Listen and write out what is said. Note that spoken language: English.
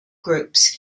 groups